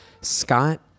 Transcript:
Scott